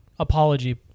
Apology